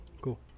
Cool